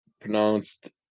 pronounced